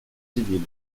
civiles